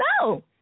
No